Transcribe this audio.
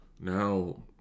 now